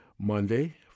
Monday